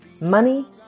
money